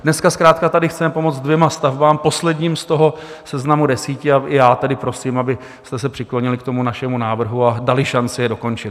Dneska zkrátka tady chceme pomoci dvěma stavbám, posledním z toho seznamu deseti, a já tedy prosím, abyste se přiklonili k tomu našemu návrhu a dali šanci je dokončit.